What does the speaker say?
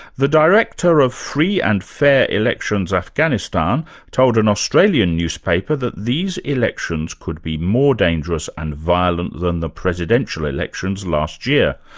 the director of free and fair elections afghanistan told an australian newspaper that these elections could be more dangerous and violent than the presidential elections last year,